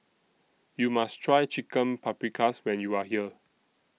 YOU must Try Chicken Paprikas when YOU Are here